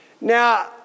now